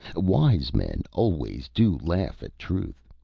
wise men always do laugh at truth.